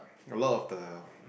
a lot of the